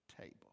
table